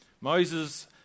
Moses